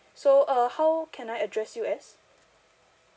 so uh how can I address you as